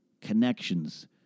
connections